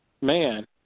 man